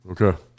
Okay